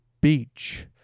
beach